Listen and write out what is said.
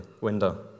window